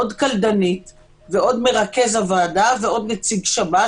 עוד קלדנית ועוד מרכז ועדה ועוד נציג השב"כ,